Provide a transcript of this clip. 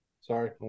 Sorry